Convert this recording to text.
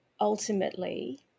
ultimately